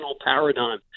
paradigm